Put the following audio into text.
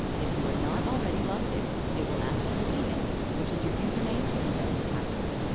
if you are not already logged in it will ask for your email, which is your username and then your password.